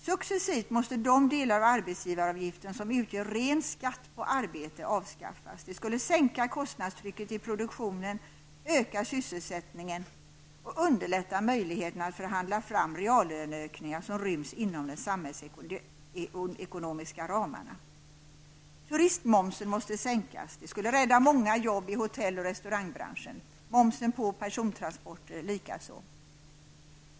Successivt måste de delar av arbetsgivaravgiften som utgör ren skatt på arbete avskaffas. Det skulle sänka kostnadstrycket i produktionen, öka sysselsättningen och underlätta möjligheterna att förhandla fram reallöneökningar som ryms inom de samhällsekonomiska ramarna. Turistmomsen måste sänkas. Det skulle rädda många jobb i hotell och restaurangbranschen. Likaså måste momsen på persontransporter sänkas.